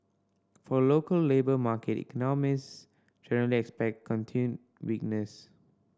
for the local labour market economist generally expect continued weakness